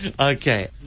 Okay